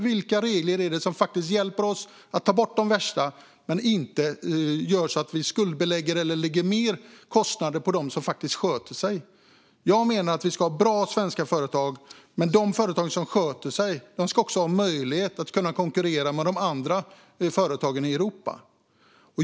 Vilka regler är det som faktiskt hjälper oss att ta bort de värsta utan att göra så att vi skuldbelägger eller lägger mer kostnader på dem som sköter sig? Jag menar att vi ska ha bra svenska företag. De företag som sköter sig ska också ha möjlighet att konkurrera med de andra företagen i Europa.